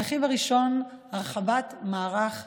הרכיב הראשון: הרחבת מערך המלגות.